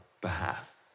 behalf